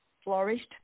flourished